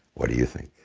what do you think?